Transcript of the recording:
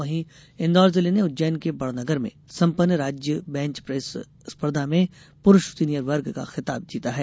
वहीं इन्दौर जिले ने उज्जैन के बड़नगर में सम्पन्न राज्य बैंच प्रेस स्पर्धा में पुरूष सीनियर वर्ग का खिताब जीता है